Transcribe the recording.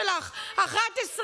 פעם אחת.